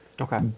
Okay